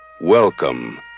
Welcome